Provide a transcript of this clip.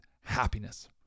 happiness